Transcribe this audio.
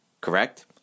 Correct